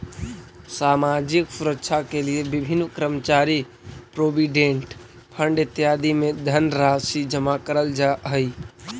सामाजिक सुरक्षा के लिए विभिन्न कर्मचारी प्रोविडेंट फंड इत्यादि में धनराशि जमा करल जा हई